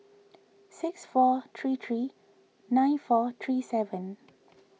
six four three three nine four three seven